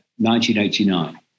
1989